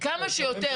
כמה שיותר